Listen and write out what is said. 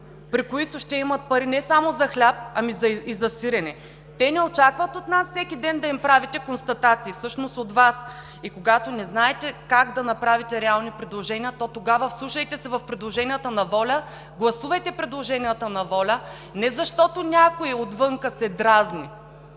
при които ще имат пари не само за хляб, а и за сирене. Те не очакват от Вас всеки ден да им правите констатации. И когато не знаете как да направите реални предложения, то тогава вслушайте се в предложенията на ВОЛЯ, гласувайте предложенията на ВОЛЯ не защото някой отвън се дразни,